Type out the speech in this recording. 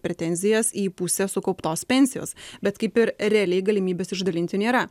pretenzijas į pusę sukauptos pensijos bet kaip ir realiai galimybės išdalinti nėra